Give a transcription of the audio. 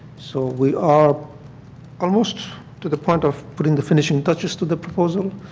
so we are almost to the point of putting the finishing touches to the proposal.